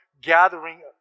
gathering